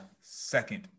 second